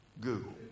Google